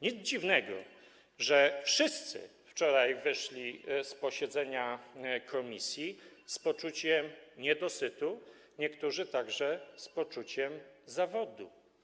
Nic dziwnego, że wszyscy wczoraj wyszli z posiedzenia komisji z poczuciem niedosytu, a niektórzy także z poczuciem zawodu.